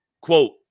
quote